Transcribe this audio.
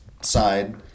side